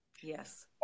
Yes